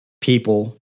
people